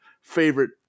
favorite